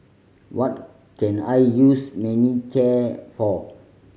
what can I use Manicare for